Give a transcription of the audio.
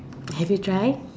have you try